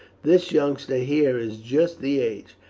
this youngster here is just the age.